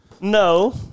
No